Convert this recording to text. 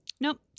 Nope